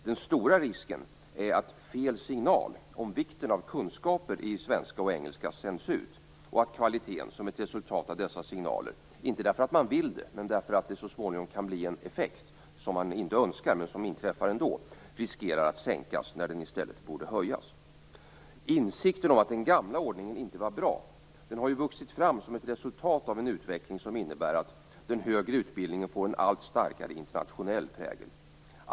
Den stora risken är att fel signal om vikten av kunskaper i svenska och engelska sänds ut och att kvaliteten som ett resultat av dessa signaler - inte därför att man vill det, utan därför att det så småningom kan bli en effekt som man inte önskar men som inträffar ändå - riskerar att sänkas när den i stället borde höjas. Insikten om att den gamla ordningen inte var bra har vuxit fram som ett resultat av en utveckling som innebär att den högre utbildningen får en allt starkare internationell prägel.